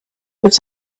but